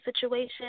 situation